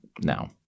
now